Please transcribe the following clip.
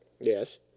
Yes